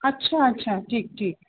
अच्छा अच्छा ठीकु ठीकु